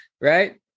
Right